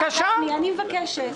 אני מבקשת.